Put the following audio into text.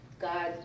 God